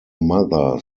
mother